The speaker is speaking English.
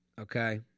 Okay